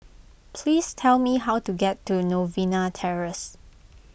please tell me how to get to Novena Terrace